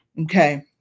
Okay